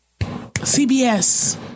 CBS